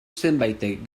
zenbaitek